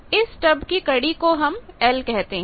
इस स्टब की कड़ी को हम 'l' कहते हैं